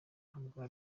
ntabwo